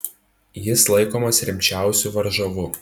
jis laikomas rimčiausiu varžovu